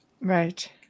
right